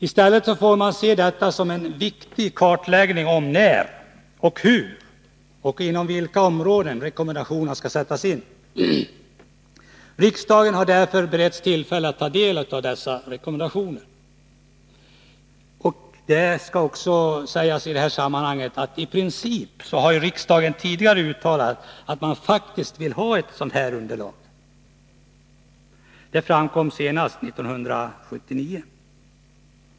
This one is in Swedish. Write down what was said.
I stället får man se detta som en viktig kartläggning av när och hur och inom vilka områden rekommendationerna skall sättas in. Riksdagen har därför beretts tillfälle att ta del av dessa rekommendationer. I princip har riksdagen tidigare uttalat att man faktiskt vill ha ett sådant underlag — det framkom senast 1979.